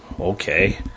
Okay